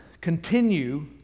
continue